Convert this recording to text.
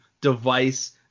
device